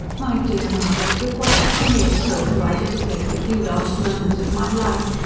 my dear mother! with what agony of soul do i dedicate the few last moments of my life,